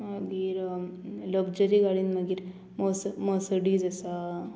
मागीर लग्जरी गाडीन मागीर मोस मोसडीज आसा